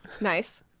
nice